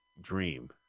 dream